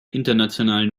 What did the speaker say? internationalen